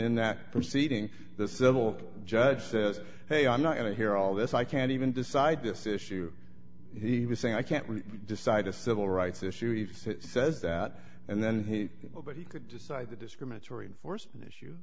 in that proceeding the civil judge said hey i'm not going to hear all this i can't even decide this issue he was saying i can't decide a civil rights issue eve says that and then he will but he could decide the discriminatory enforcement issue